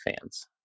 fans